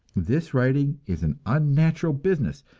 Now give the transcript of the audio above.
this writing is an unnatural business.